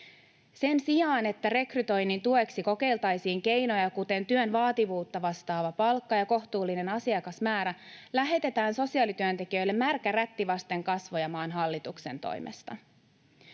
Sen sijaan, että rekrytoinnin tueksi kokeiltaisiin sellaisia keinoja kuin työn vaativuutta vastaava palkka ja kohtuullinen asiakasmäärä, lähetetään sosiaalityöntekijöille märkä rätti vasten kasvoja maan hallituksen toimesta.